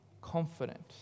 confident